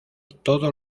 todo